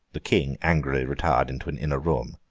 the king angrily retired into an inner room.